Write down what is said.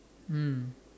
mm